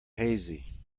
hazy